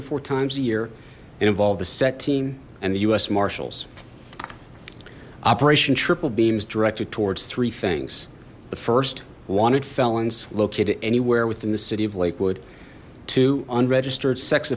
to four times a year and involve the set team and the u s marshals operation triple beam is directed towards three things the first wanted felons located anywhere within the city of lakewood two unregistered sex